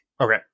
Okay